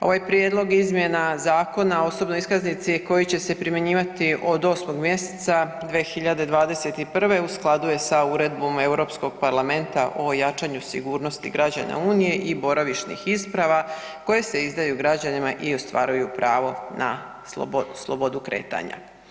Ovaj prijedlog izmjena Zakona o osobnoj iskaznici koji će se primjenjivati od 8. mjeseca 2021. u skladu je sa Uredbom Europskog parlamenta o jačanju sigurnosti građana unije i boravišnih isprava koje se izdaju građanima i ostvaruju pravo na slobodu kretanja.